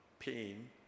pain